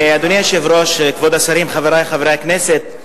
אדוני היושב-ראש, כבוד השרים, חברי חברי הכנסת,